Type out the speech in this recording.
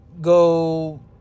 go